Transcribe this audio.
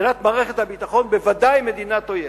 מבחינת מערכת הביטחון היא בוודאי מדינת אויב.